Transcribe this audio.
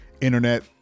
internet